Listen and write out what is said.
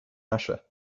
russia